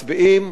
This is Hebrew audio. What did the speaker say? אתם מדברים.